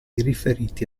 riferiti